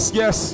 yes